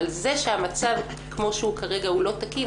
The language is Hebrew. אבל זה שהמצב כמו שהוא כרגע הוא לא תקין,